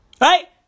Right